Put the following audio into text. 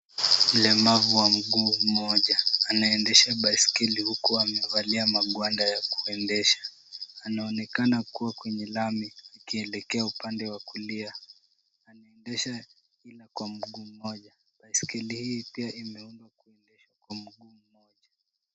Mlemavu wa mgu mmoja, anaendesha baiskeli huku amevalia magwanda ya kuendesha. Anaonekana kuwa kwenye lami akielekea upande wa kulia. Anaendesha ila kwa mguu mmoja. Baiskeli hii pia imeundwa kuendeshwa kwa mguu mmoja.